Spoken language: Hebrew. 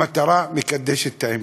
המטרה מקדשת את האמצעים.